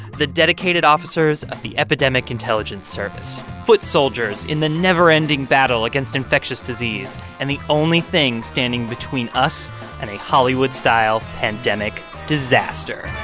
the dedicated officers of the epidemic intelligence service, foot soldiers in the never ending battle against infectious disease and the only thing standing between us and a hollywood-style pandemic disaster